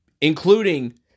including